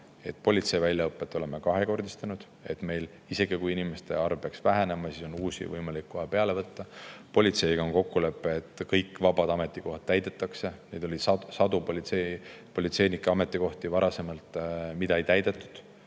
politseinike väljaõpet kahekordistanud, nii et isegi kui inimeste arv peaks vähenema, siis on uusi võimalik kohe [juurde] võtta. Politseiga on kokkulepe, et kõik vabad ametikohad täidetakse. Varem oli sadu politseinike ametikohti, mis ei olnud täidetud,